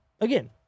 again